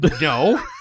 no